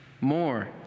more